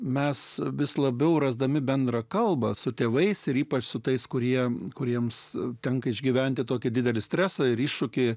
mes vis labiau rasdami bendrą kalbą su tėvais ir ypač su tais kurie kuriems tenka išgyventi tokį didelį stresą ir iššūkį